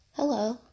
Hello